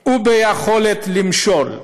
וביכולת למשול.